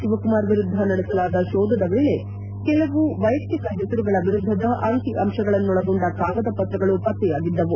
ಶಿವಕುಮಾರ್ ವಿರುದ್ಧ ನಡೆಸಲಾದ ಶೋಧದ ವೇಳೆ ಕೆಲವು ವೈಯಕ್ತಿಕ ಹೆಸರುಗಳ ವಿರುದ್ಧದ ಅಂಕಿ ಅಂಶಗಳನ್ನೊಳಗೊಂಡ ಬಿಡಿ ಕಾಗದ ಪತ್ರಗಳು ಪತ್ತೆಯಾಗಿದ್ದವು